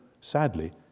sadly